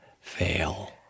fail